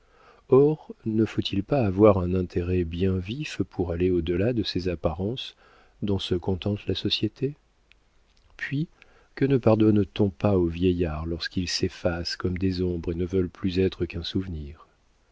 or ne faut-il pas avoir un intérêt bien vif pour aller au delà de ces apparences dont se contente la société puis que ne pardonne t on pas aux vieillards lorsqu'ils s'effacent comme des ombres et ne veulent plus être qu'un souvenir